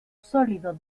sólido